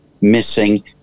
missing